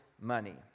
money